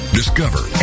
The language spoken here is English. discover